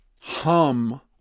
hum